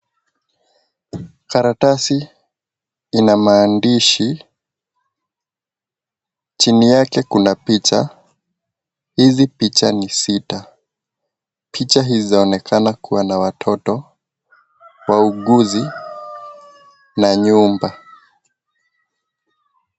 Karatasi ina maandishi, chini yake kuna picha. Hizi picha ni sita. Picha hizi zaonekana kuwa na watoto, wauguzi na nyumba.